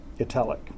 italic